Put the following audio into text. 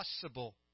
possible